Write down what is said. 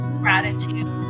gratitude